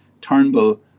Turnbull